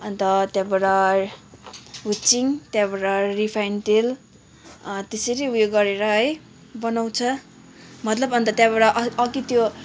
अन्त त्यहाँबाट हुचिङ त्यहाँबाट रिफाइन तेल त्यसरी उयो गरेर है बनाउँछ मतलब अन्त त्यहाँबाट अ अघि त्यो